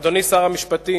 אדוני שר המשפטים,